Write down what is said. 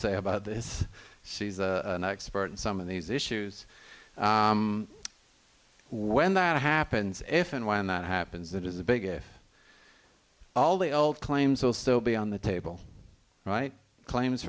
say about this she's a expert in some of these issues when that happens if and when that happens that is a big if all the old claims will still be on the table right claims